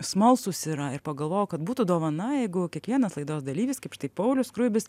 smalsūs yra ir pagalvojau kad būtų dovana jeigu kiekvienas laidos dalyvis kaip štai paulius skruibis